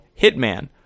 Hitman